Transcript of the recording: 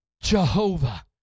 Jehovah